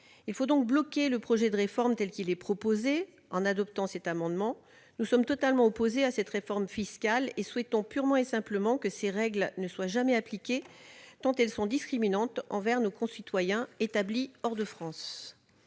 Il faut bloquer le projet de réforme, tel qu'il est proposé, en adoptant cet amendement. Nous sommes totalement opposés à cette réforme fiscale et souhaitons purement et simplement que ses règles ne soient jamais appliquées, tant elles sont discriminantes envers nos concitoyens établis hors de France.